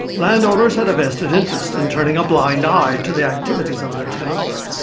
landowners had a vested interest in turning a blind eye to the activities of their tenants.